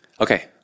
Okay